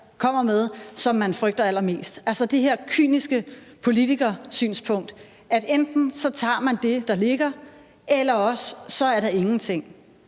kommer med, som man frygter allermest, altså det her kyniske politikersynspunkt, at enten tager man det, der ligger, eller også er der ingenting.